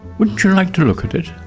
wouldn't you like to look at it?